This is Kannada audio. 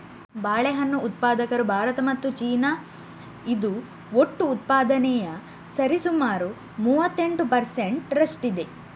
ಬಾಳೆಹಣ್ಣು ಉತ್ಪಾದಕರು ಭಾರತ ಮತ್ತು ಚೀನಾ, ಇದು ಒಟ್ಟು ಉತ್ಪಾದನೆಯ ಸರಿಸುಮಾರು ಮೂವತ್ತೆಂಟು ಪರ್ ಸೆಂಟ್ ರಷ್ಟಿದೆ